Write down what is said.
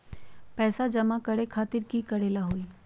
पैसा जमा करे खातीर की करेला होई?